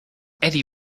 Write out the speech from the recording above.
eddie